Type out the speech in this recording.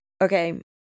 okay